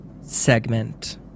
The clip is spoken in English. segment